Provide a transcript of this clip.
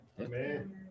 Amen